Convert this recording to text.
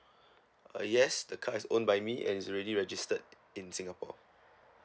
uh yes the car is owned by me and is already registered in singapore